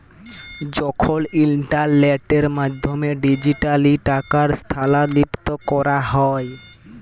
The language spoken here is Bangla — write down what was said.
যখল ইলটারলেটের মাধ্যমে ডিজিটালি টাকা স্থালাল্তর ক্যরা হ্যয়